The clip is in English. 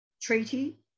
treaty